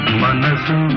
manasu